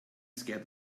scared